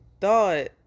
thought